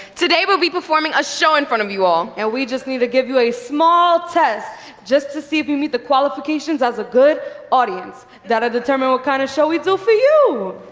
today, we'll be performing a show in front of you all. and we just need to give you a small test just to see if you meet the qualifications as a good audience. that'll determine what kind of show we do for you.